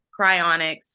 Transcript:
cryonics